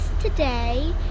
today